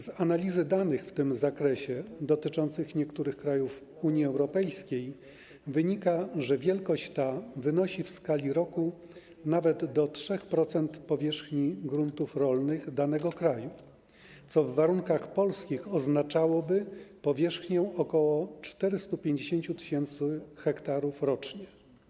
Z analizy danych w tym zakresie dotyczących niektórych krajów Unii Europejskiej wynika, że wielkość ta wynosi w skali roku nawet do 3% powierzchni gruntów rolnych danego kraju, co w warunkach polskich oznaczałoby powierzchnię ok. 450 tys. ha rocznie.